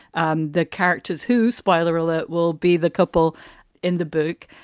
um the characters who spoiler alert will be the couple in the book.